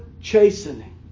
chastening